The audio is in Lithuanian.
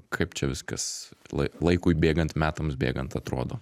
kaip čia viskas lai laikui bėgant metams bėgant atrodo